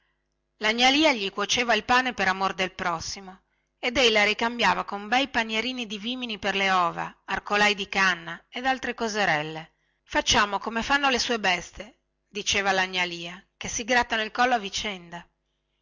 la gnà lia gli cuoceva il pane per amor del prossimo ed ei la ricambiava con bei panierini di vimini per le ova arcolai di canna ed altre coserelle facciamo come fanno le sue bestie diceva la gnà lia che si grattano il collo a vicenda